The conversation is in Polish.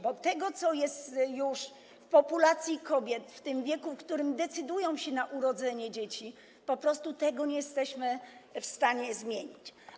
Bo tego, co dotyczy populacji kobiet w tym wieku, w którym decydują się na urodzenie dzieci, po prostu nie jesteśmy w stanie zmienić.